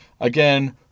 Again